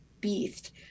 beast